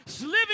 living